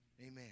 Amen